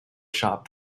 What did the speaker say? shop